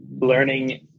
learning